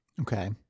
Okay